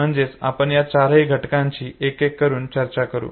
म्हणजेच आपण या चारही घटकांची एक एक करून चर्चा करू